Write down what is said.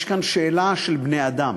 יש כאן שאלה של בני-אדם.